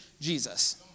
Jesus